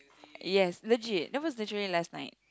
yes legit that was literally last night